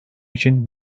için